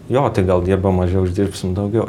jo tai gal dirbam mažiau uždirbsim daugiau